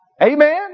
Amen